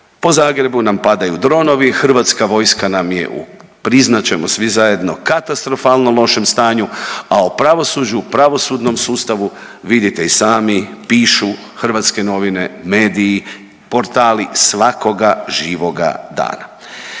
po Zagrebu nam padaju dronovi, HV nam je u, priznat ćemo svi zajedno, u katastrofalno lošem stanju, a o pravosuđu i pravosudnom sustavu vidite i sami pišu hrvatske novine, mediji, portali svakoga živoga dana.